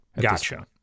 Gotcha